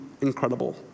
incredible